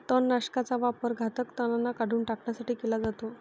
तणनाशकाचा वापर घातक तणांना काढून टाकण्यासाठी केला जातो